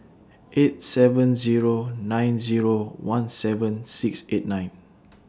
eight seven Zero nine Zero one seven six eight nine